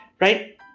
right